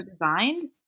designed